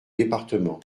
départements